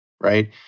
right